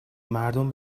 مردم